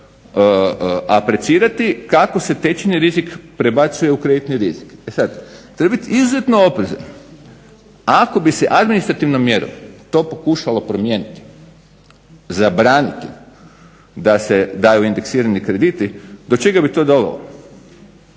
aprecirati kako se tečajni rizik prebacuje u kreditni rizik. E sada, treba biti izuzetno oprezan, ako bi se administrativnom mjerom to pokušalo promijeniti zabraniti da se daju indeksirani krediti, do čega bito dovelo?